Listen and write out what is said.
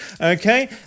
Okay